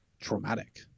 traumatic